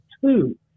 two